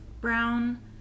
brown